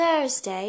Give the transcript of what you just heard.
Thursday